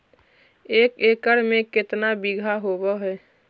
एक एकड़ में केतना बिघा होब हइ?